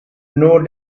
know